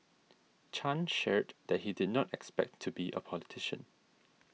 Chan shared that he did not expect to be a politician